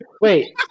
Wait